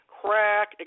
crack